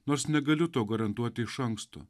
nors negaliu to garantuoti iš anksto